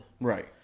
Right